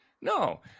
No